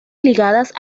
ligadas